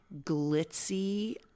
glitzy